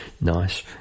Nice